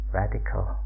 radical